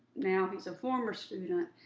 now he's a former student,